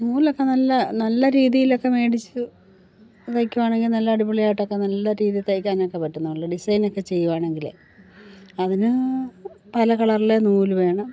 നൂലൊക്കെ നല്ല നല്ലരീതിയിലൊക്കെ മേടിച്ച് വെക്കുവാണെങ്കിൽ നല്ല അടിപൊളിയായിട്ടൊക്കെ നല്ല രീതിയിൽ തൈക്കാനൊക്കെ പറ്റും നല്ല ഡിസൈനൊക്കെ ചെയ്യുവാണെങ്കിലേ അതിന് പല കളറിലെ നൂല് വേണം